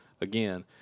again